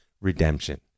redemption